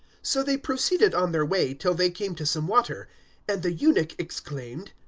so they proceeded on their way till they came to some water and the eunuch exclaimed,